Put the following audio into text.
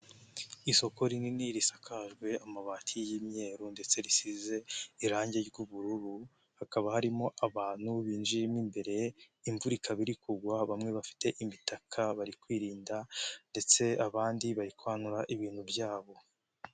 Isoko rinini risakajwe amabati y'imyeru ndetse risize irangi ry'ubururu, hakaba harimo abantu binjiyemo imbere, imvura ikaba iri kugwa bamwe bafite imitaka bari kwirinda ndetse abandi bayikwanura ibintu byabo.